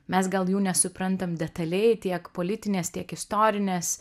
mes gal jų nesuprantam detaliai tiek politinės tiek istorinės